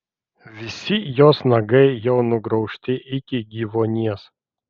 visi jos nagai jau nugraužti iki gyvuonies